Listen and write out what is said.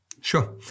Sure